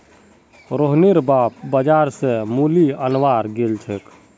रोहनेर बाप बाजार स मूली अनवार गेल छेक